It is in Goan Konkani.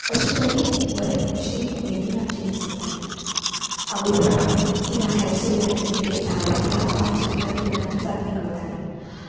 अशे तरेन बरे खोशयेन उमेदीन आमचे दीस वताले आवय बापायन किंवा हेर सोयऱ्यांनी दिल्ले धा रुपया पांच रुपया घेवन आमी जात्रेक वातलीं